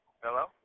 Hello